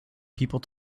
people